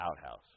outhouse